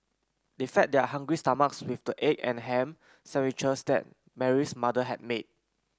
they fed their hungry stomachs with the egg and ham sandwiches that Mary's mother had made